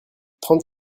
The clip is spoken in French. trente